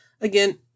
again